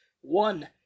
One